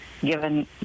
given